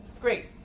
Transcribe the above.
great